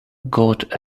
got